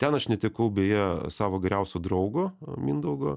ten aš netekau beje savo geriausio draugo mindaugo